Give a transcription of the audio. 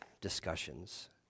discussions